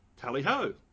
Tally-ho